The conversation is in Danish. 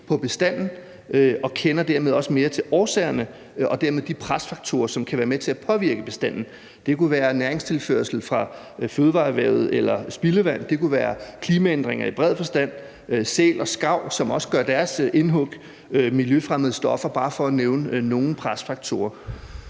på bestanden og dermed også kender mere til årsagerne og de presfaktorer, som kan være med til at påvirke bestanden. Det kunne være næringstilførsel fra fødevareerhvervet eller spildevand, klimaændringer i bred forstand, sæl og skarv, som også gør deres indhug, og miljøfremmede stoffer, bare for at nævne nogle presfaktorer.